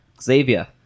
Xavier